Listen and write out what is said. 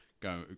Go